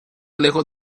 lejos